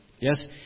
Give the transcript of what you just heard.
Yes